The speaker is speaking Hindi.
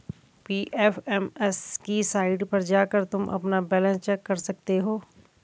पी.एफ.एम.एस की साईट पर जाकर तुम अपना बैलन्स चेक कर सकते हो